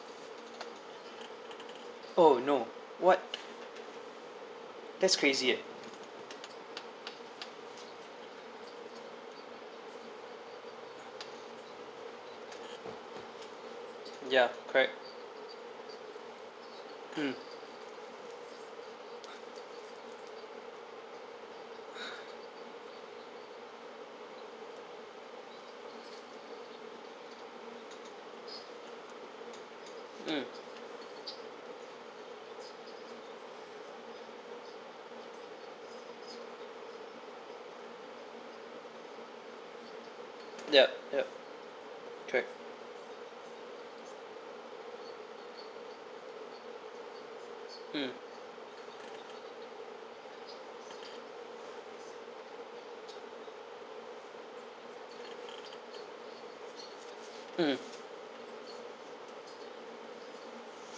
oh no what that's crazy ya correct mm mm yup yup correct mm mm